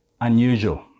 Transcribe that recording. unusual